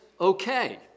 okay